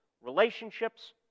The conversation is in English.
relationships